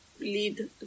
lead